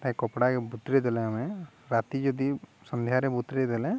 ତା କପଡ଼ାକେ ବତୁରାଇ ଦେଲେ ଆମେ ରାତି ଯଦି ସନ୍ଧ୍ୟାରେ ବତୁରାଇ ଦେଲେ